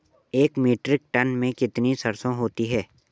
एक metric tonne में कितनी सरसों होती है?